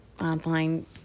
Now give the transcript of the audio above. online